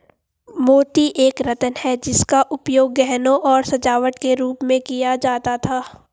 मोती एक रत्न है जिसका उपयोग गहनों और सजावट के रूप में किया जाता था